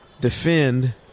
defend